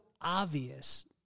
obvious